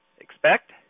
expect